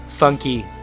Funky